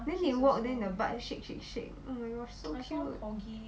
then they walk then their butt shake shake shake oh my gosh so cute